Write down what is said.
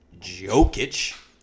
Jokic